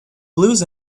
blues